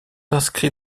inscrits